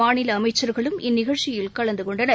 மாநிலஅமைச்சர்களும் இந்நிகழ்ச்சியில் கலந்துகொண்டனர்